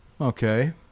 Okay